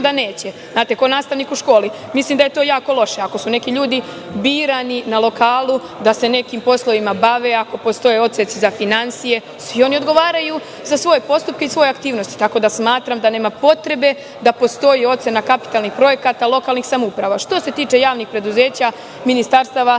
onda neće. Kao nastavnik u školi. Mislim da je to jako loše. Ako su neki ljudi birani na lokalu da se nekima poslovima bave, ako postoji odsek za finansije, svi oni odgovaraju za svoje postupke i svoje aktivnosti. Tako da smatram da nema potrebe da postoji ocena kapitalnih projekata lokalnih samouprava. Što se tiče javnih preduzeća, ministarstava,